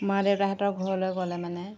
মা দেউতাহঁতৰ ঘৰলৈ গ'লে মানে